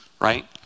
right